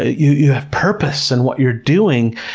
yeah have purpose in what you're doing.